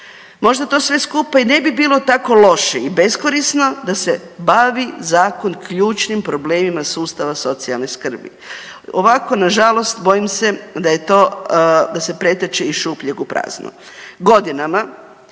Možda to sve skupa i ne bi bilo tako loše i beskorisno da se bavi zakon ključnim problemima sustava socijalne skrbi. Ovako na žalost bojim se da je to, da se pretače iz šupljeg u prazno.